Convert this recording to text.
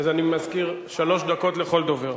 אני מזכיר, שלוש דקות לכל דובר.